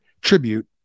tribute